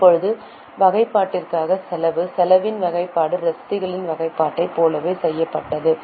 இப்போது வகைப்பாட்டிற்கான செலவு செலவின வகைப்பாடு ரசீதுகளின் வகைப்பாட்டைப் போலவே செய்யப்பட்டது